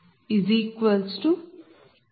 926MW369